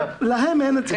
להם אין את זה.